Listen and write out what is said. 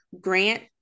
grant